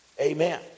Amen